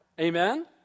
Amen